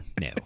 no